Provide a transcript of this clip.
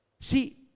See